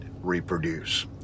reproduce